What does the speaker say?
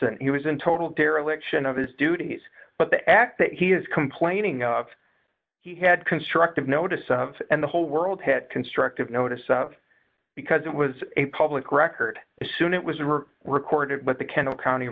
t he was in total dereliction of his duties but the act that he is complaining of he had constructive notice of and the whole world had constructive notice of because it was a public record as soon it was recorded but the kennel county